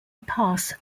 pass